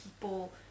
people